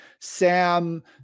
Sam